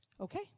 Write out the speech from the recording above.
Okay